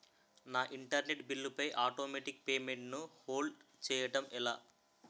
నా internet bill పై automatic payment ను హోల్డ్ చేయటం ఎలా?